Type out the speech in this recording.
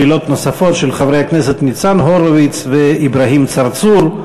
שאלות נוספות של חברי הכנסת ניצן הורוביץ ואברהים צרצור.